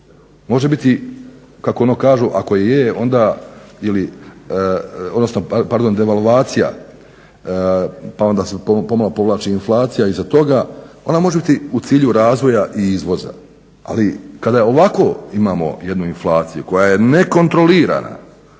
može biti, kako ono kažu, ako je onda ili, odnosno pardon devalvacija, pa se onda pomalo povlači inflacija iza toga. Ona može biti u cilju razvoja i izvoza, ali kada je ovako imamo jednu inflaciju koja je nekontrolirana